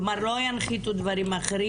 כלומר, לא ינחיתו דברים אחרים?